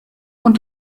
und